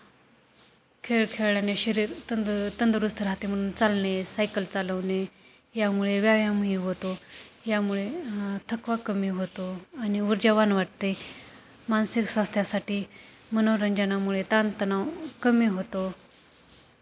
खेळ खेळल्याने शरीर तू तंदुरुस्त राहते म्हणून चालणे सायकल चालवणे यामुळे व्यायामही होतो यामुळे थकवा कमी होतो आणि ऊर्जावान वाटते मानसिक स्वास्थ्यासाठी मनोरंजनामुळे ताणतणाव कमी होतो